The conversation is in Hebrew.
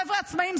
חבר'ה עצמאים,